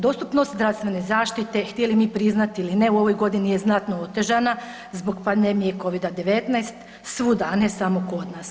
Dostupnost zdravstvene zaštite htjeli mi priznati ili ne u ovoj godini je znatno otežana zbog pandemije COVID-19 svuda, a ne samo kod nas.